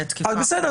בסדר,